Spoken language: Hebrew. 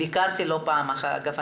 ביקרתי לא פעם אגב,